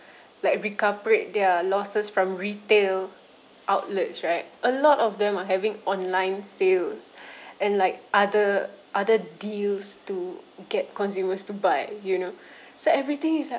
like recuperate their losses from retail outlets right a lot of them are having online sales and like other other deals to get consumers to buy you know so everything is like